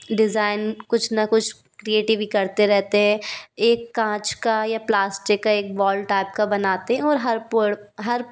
design कुछ न कुछ क्रियेटिव करते रहे हैं एक काँच का या प्लास्टिक का एक बॉल टैप का बनाते हैं और हर पेड़ हर